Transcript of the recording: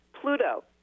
Pluto